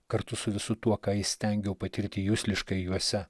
kartu su visu tuo ką įstengiau patirti jusliškai juose